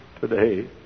today